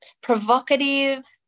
provocative